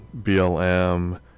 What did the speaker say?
BLM